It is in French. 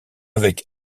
avec